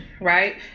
right